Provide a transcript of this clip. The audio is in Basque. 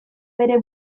bere